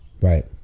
Right